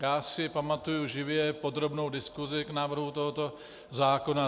Já si pamatuji živě podrobnou diskusi k návrhu tohoto zákona.